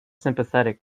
sympathetic